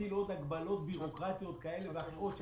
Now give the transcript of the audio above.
ונטיל עוד הגבלות בירוקרטיות כאלה ואחרות,